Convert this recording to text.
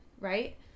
right